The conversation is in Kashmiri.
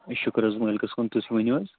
شُکُر حظ مٲلِکَس کُن تُہۍ ؤنِو حظ